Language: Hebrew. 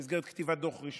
במסגרת כתיבת דוח רשמי,